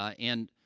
ah and,